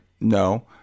no